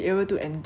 did he overcome